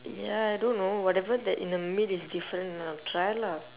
ya I don't know whatever that in the meat is different lah try lah